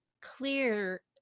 clear